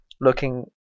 looking